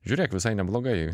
žiūrėk visai neblogai